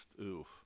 oof